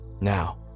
now